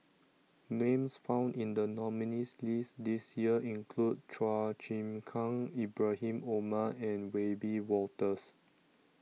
Names found in The nominees' list This Year include Chua Chim Kang Ibrahim Omar and Wiebe Wolters